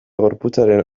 gorputzaren